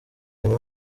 aime